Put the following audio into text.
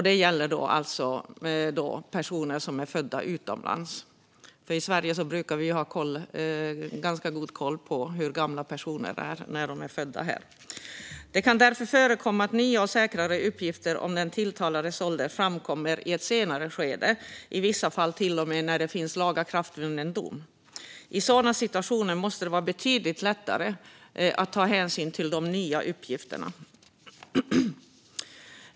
Detta gäller alltså personer som är födda utomlands. I Sverige brukar vi ha ganska god koll på hur gamla personer som är födda här är. Det kan därför förekomma att nya och säkrare uppgifter om den tilltalades ålder framkommer i ett senare skede, i vissa fall till och med när det finns en lagakraftvunnen dom. I sådana situationer måste det vara betydligt lättare att ta hänsyn till de nya uppgifterna.